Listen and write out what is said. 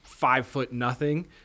five-foot-nothing